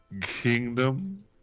kingdom